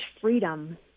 freedom